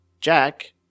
Jack